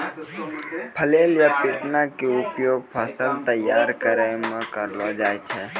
flail या पिटना के उपयोग फसल तैयार करै मॅ करलो जाय छै